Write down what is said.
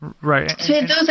Right